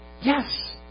Yes